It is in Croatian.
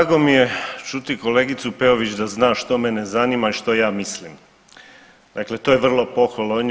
Drago mi je čuti kolegicu Peović da zna što mene zanima i što ja mislim, dakle to je vrlo pohvalno.